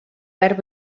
verd